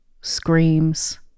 screams